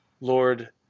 Lord